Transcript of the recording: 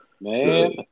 Man